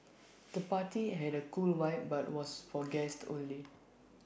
the party had A cool vibe but was for guests only